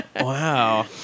Wow